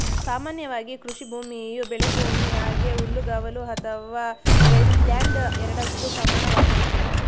ಸಾಮಾನ್ಯವಾಗಿ ಕೃಷಿಭೂಮಿಯು ಬೆಳೆಭೂಮಿ ಹಾಗೆ ಹುಲ್ಲುಗಾವಲು ಅಥವಾ ರೇಂಜ್ಲ್ಯಾಂಡ್ ಎರಡಕ್ಕೂ ಸಮಾನವಾಗೈತೆ